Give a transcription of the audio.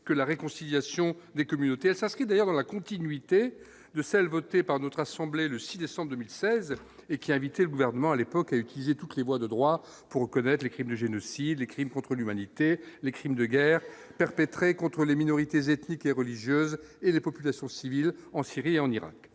que la réconciliation des communautés s'inscrit d'ailleurs dans la continuité de celle votée par notre assemblée, le 6 décembre 2016 et qui a invité le gouvernement à l'époque à utiliser toutes les voies de droit pour reconnaître les crimes de génocide et crimes contre l'humanité, les crimes de guerre perpétrés contre les minorités ethniques et religieuses et les populations civiles en Syrie et en Irak,